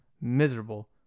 miserable